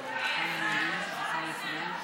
על פי שיקול הדעת